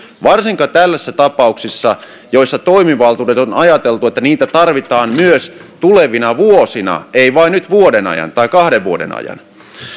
varsinkaan tällaisissa tapauksissa joissa toimivaltuudet on ajateltu niin että niitä tarvitaan myös tulevina vuosina ei vain nyt vuoden ajan tai kahden vuoden ajan